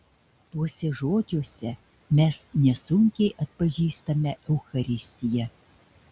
tuose žodžiuose mes nesunkiai atpažįstame eucharistiją